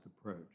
approach